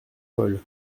paul